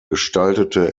gestaltete